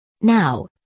Now